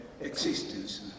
existence